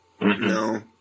No